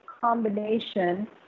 combination